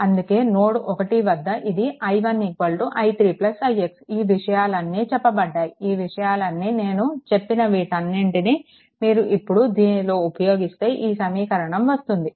అందుకే నోడ్ 1 వద్ద ఇది i1 i3 ix ఈ విషయాలన్నీ చెప్పబడ్డాయి ఈ విషయాలన్నీ నేను చెప్పిన వీటన్నింటినీ మీరు ఇప్పుడు దీనిలో ఉపయోగిస్తే ఈ సమీకరణం వస్తుంది